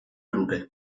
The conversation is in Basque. luke